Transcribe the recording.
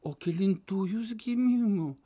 o kelintų jūs gimimo